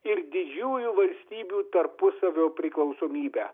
ir didžiųjų valstybių tarpusavio priklausomybe